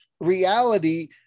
reality